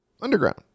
underground